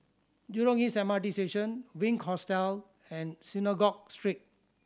Jurong East M R T Station Wink Hostel and Synagogue Street